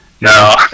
No